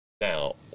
Now